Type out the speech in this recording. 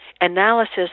analysis